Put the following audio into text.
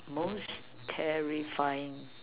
most terrifying